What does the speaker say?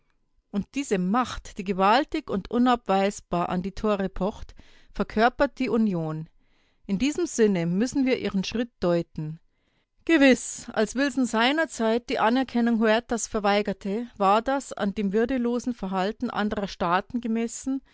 und diese macht die gewaltig und unabweisbar an die tore pocht verkörpert die union in diesem sinne müssen wir ihren schritt deuten gewiß als wilson seinerzeit die anerkennung huertas verweigerte war das an dem würdelosen verhalten anderer staaten gemessen